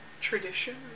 tradition